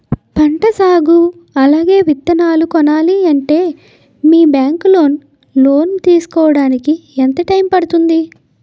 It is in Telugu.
పంట సాగు అలాగే విత్తనాలు కొనాలి అంటే మీ బ్యాంక్ లో లోన్ తీసుకోడానికి ఎంత టైం పడుతుంది?